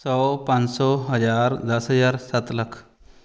ਸੌ ਪੰਜ ਸੌ ਹਜ਼ਾਰ ਦਸ ਹਜ਼ਾਰ ਸੱਤ ਲੱਖ